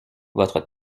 votre